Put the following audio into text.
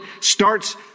starts